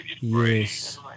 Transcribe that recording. Yes